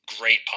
great